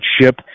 ship